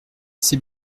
c’est